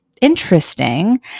interesting